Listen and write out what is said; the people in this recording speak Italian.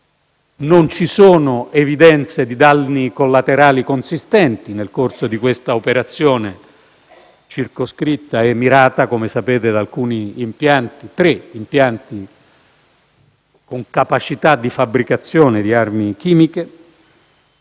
non ci sono evidenze di danni collaterali consistenti nel corso di questa operazione, circoscritta e mirata, come sapete, a tre impianti con capacità di fabbricazione di armi chimiche.